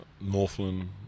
Northland